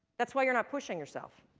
that's why you're not pushing yourself.